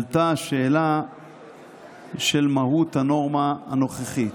עלתה שאלה של מהות הנורמה הנוכחית.